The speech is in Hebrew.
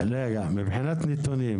מבחינת נתונים,